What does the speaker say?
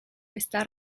está